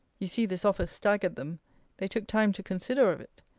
you see this offer staggered them they took time to consider of it.